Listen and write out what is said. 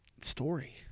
story